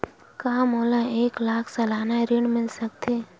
का मोला एक लाख सालाना ऋण मिल सकथे?